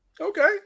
Okay